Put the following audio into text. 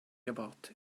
about